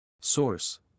Source